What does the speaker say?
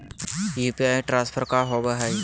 UPI transfer का होव हई?